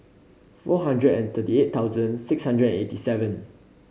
four hundred and thirty eight thousand six hundred and eighty seven